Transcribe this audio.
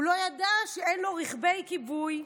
הוא לא ידע שאין לו רכבי כיבוי,